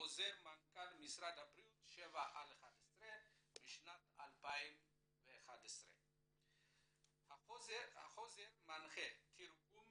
חוזר מנכ"ל משרד הבריאות 7/11 משנת 2011. החוזר מנחה תרגום